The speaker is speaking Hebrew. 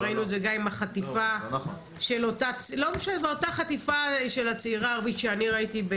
ראינו את זה גם באותה חטיפה של הצעירה הערבית שאני ראיתי,